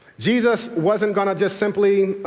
jesus wasn't going to just simply,